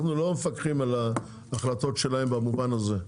אנחנו לא מפקחים על ההחלטות שלהם במובן הזה.